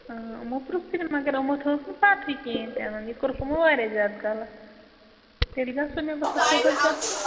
یِمو پرٛژھ کُے نہٕ مگر یِمَو تھٲوٕکھ نہٕ پَتہٕے کہیٖنۍ تہِ یِمَن یہِ کوٚرُکھ یِمَن واریاہ زیادٕ غلط تیٚلہِ گژھو مےٚ باسان صُبحَس گژھو